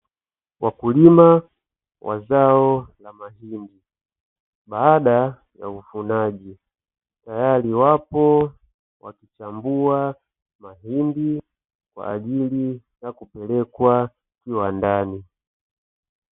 Wakulima wa zao la mahindi baada ya uvunaji, tayari wapo wakichambua mahindi kwa ajili ya kupelekwa kiwandani.